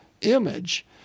image